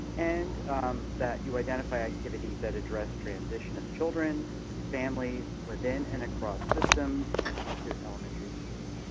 and that you identify activities that address transition of children and families within and across systems and into elementary school.